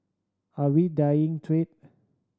are we dying trade